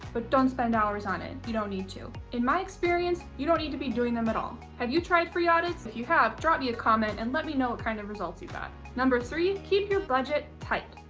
but don't spend hours on it. you don't need to. in my experience, you don't need to be doing them at all! have you tried free audits? if you have, drop me a comment and let me know what kind of results you got. number three keep your budget tight.